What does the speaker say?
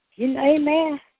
Amen